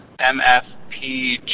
MFPG